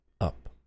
Up